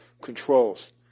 controls